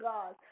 God